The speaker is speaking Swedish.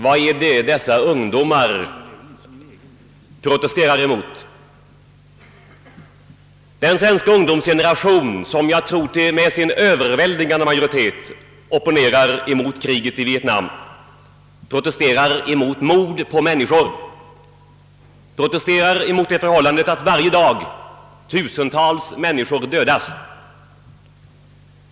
Vad är det dessa ungdomar protesterar mot? Den svenska ungdomsgeneration som med, tror jag, överväldigande majoritet opponerar mot kriget i Vietnam protesterar mot mord på människor, protesterar mot det förhållandet att varje dag tusentals människor dödas.